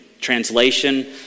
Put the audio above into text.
translation